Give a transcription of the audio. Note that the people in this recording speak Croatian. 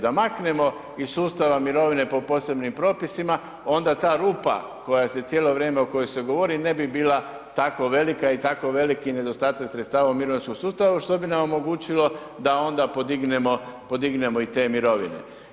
Da maknemo iz sustava mirovine po posebnim propisima onda ta rupa koja se cijelo vrijeme, o kojoj se govori, ne bi bila tako velika i tako veliki nedostatak sredstava u mirovinskom sustavu, što bi nam omogućilo da onda podignemo, podignemo i te mirovine.